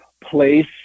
place